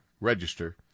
register